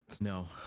No